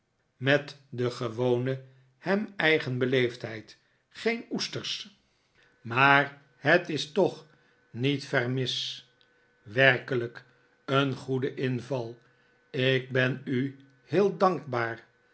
met de gewone hem eigen beleefdheid geen oesters maar het is toch niet ver mis werkelijk een goede inval ik ben u heel dankbaar